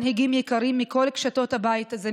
מנהיגים יקרים מכל קצוות הבית הזה,